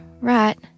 right